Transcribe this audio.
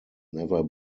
never